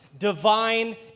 divine